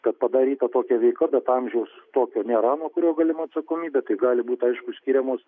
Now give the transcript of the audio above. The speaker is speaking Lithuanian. kad padaryta tokia veika bet amžiaus tokio nėra nuo kurio galima atsakomybė tai gali būt aišku skiriamos